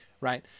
right